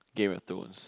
Game-of-Thrones